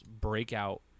breakout